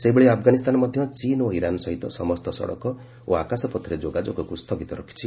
ସେହିଭଳି ଆଫଗାନୀସ୍ତାନ ମଧ୍ୟ ଚୀନ୍ ଓ ଇରାନ୍ ସହିତ ସମସ୍ତ ସଡ଼କ ଓ ଆକାଶପଥରେ ଯୋଗାଯୋଗ ସ୍ଥଗିତ କରିଛି